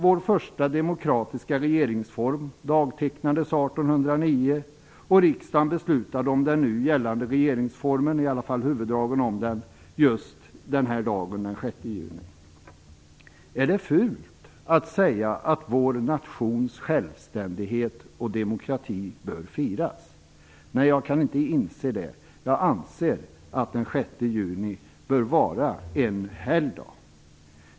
Vår första demokratiska regeringsform dagtecknades 1809 och riksdagen beslutade om den nu gällande regeringsformen, eller i varje fall huvuddragen i den, just den 6 juni. Är det fult att säga att vår nations självständighet och demokrati bör firas? Jag kan inte inse det. Jag anser att den 6 juni bör vara en helgdag.